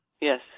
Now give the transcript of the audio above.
Yes